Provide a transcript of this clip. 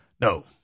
No